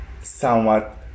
somewhat